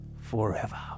forever